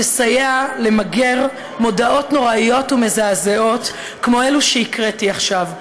תסייע למגר מודעות נוראיות ומזעזעות כמו אלה שהקראתי עכשיו,